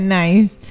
nice